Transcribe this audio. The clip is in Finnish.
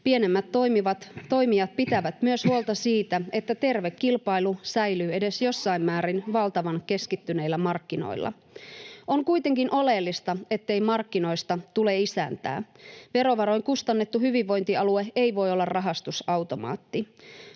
Pienemmät toimijat pitävät myös huolta siitä, että terve kilpailu säilyy edes jossain määrin valtavan keskittyneillä markkinoilla. On kuitenkin oleellista, ettei markkinoista tulee isäntää. Verovaroin kustannettu hyvinvointialue ei voi olla rahastusautomaatti.